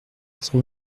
quatre